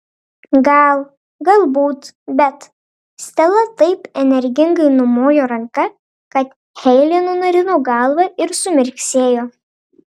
gal galbūt bet stela taip energingai numojo ranka kad heile nunarino galvą ir sumirksėjo